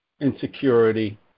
insecurity